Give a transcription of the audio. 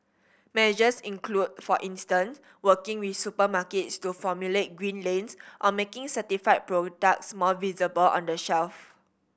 measures include for instance working with supermarkets to formulate green lanes or making certified products more visible on the shelf